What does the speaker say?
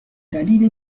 دلیل